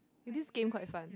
eh this game quite fun